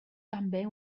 també